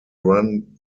run